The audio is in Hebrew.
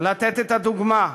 לתת את הדוגמה,